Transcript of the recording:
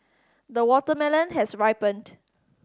the watermelon has ripened